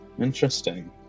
Interesting